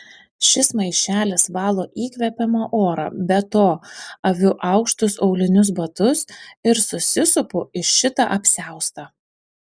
šis maišelis valo įkvepiamą orą be to aviu aukštus aulinius batus ir susisupu į šitą apsiaustą